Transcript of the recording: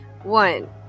One